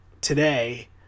today